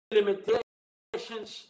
limitations